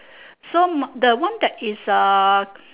so the one that is uh